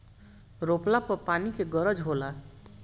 रोपला पर पानी के गरज होला